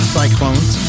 cyclones